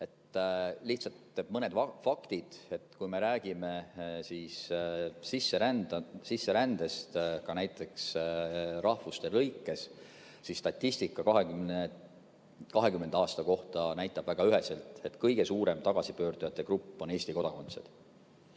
Lihtsalt mõned faktid. Kui me räägime sisserändest ka näiteks rahvuste lõikes, siis statistika 2020. aasta kohta näitab väga üheselt, et kõige suurem tagasipöördujate grupp on Eesti kodakondsed.